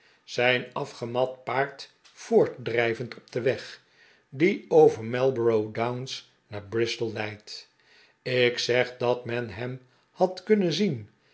zijn afgemat paard voortdrijvend op den weg die over marlborough downs n'aar bristol leidt ik zeg dat men hem had kunnen zien